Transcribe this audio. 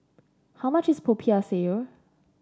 how much is Popiah Sayur